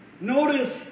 Notice